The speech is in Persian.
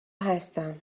هستم